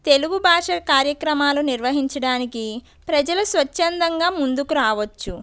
తెలుగు భాష కార్యక్రమాలు నిర్వహించడానికి ప్రజలు స్వచ్చంధంగా ముందుకు రావచ్చు